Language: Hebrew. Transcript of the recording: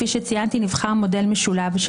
תודה.